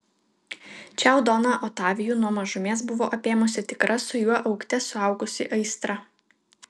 čiau doną otavijų nuo mažumės buvo apėmusi tikra su juo augte suaugusi aistra